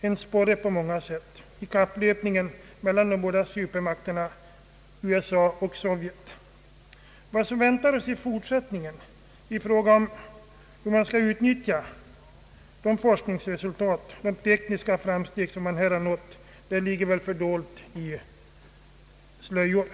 en sporre i kapplöpningen mellan de båda supermakterna USA och Sovjet. Vad som väntar oss i fortsättningen i fråga om hur man skall utnyttja de forskningsresultat och de framsteg som har nåtts ligger väl fördolt i slöjor.